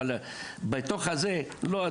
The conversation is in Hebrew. אבל בפנים לא,